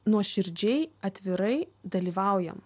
nuoširdžiai atvirai dalyvaujam